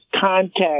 contact